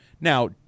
Now